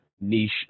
niche